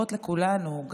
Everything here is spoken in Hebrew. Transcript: שחשובות לכולנו,